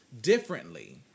Differently